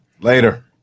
Later